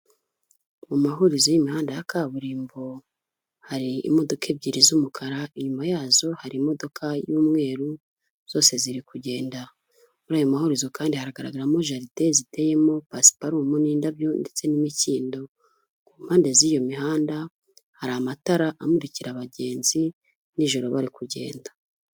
Mu mahurizo y'imihanda ya kaburimbo, hari imodoka ebyiri z'umukara inyuma yazo, hari imodoka y'umweru, zose ziri kugenda, muri ayo maherezo kandi hagaragaramo jaride, ziteyemo pasiparumu, n'indabyo ndetse n'imikindo, ku mpande z'iyo mihanda, hari amatara amurikira abagenzi nijoro bari kugenda.